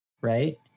right